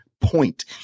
point